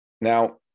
Now